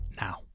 now